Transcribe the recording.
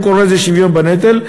הוא קורא לזה שוויון בנטל.